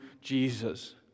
Jesus